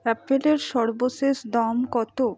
অ্যাপেলের সর্বশেষ দাম কত